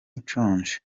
nshonje